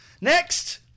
Next